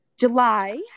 july